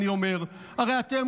אני אומר: הרי אתם,